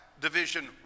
division